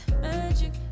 Magic